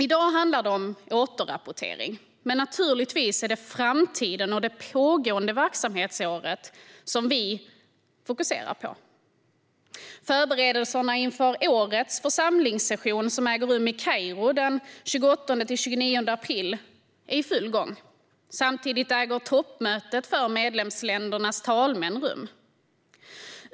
I dag handlar det om återrapportering, men naturligtvis är det framtiden och det pågående verksamhetsåret som vi fokuserar på. Förberedelserna inför årets församlingssession, som äger rum i Kairo den 28-29 april, är i full gång. Samtidigt äger toppmötet för medlemsländernas talmän rum.